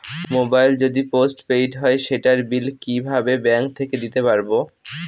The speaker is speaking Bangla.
মোবাইল যদি পোসট পেইড হয় সেটার বিল কিভাবে ব্যাংক থেকে দিতে পারব?